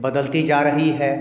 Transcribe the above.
बदलती जा रही है